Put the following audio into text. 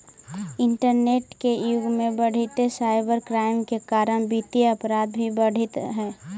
internet के युग में बढ़ीते साइबर क्राइम के कारण वित्तीय अपराध भी बढ़ित हइ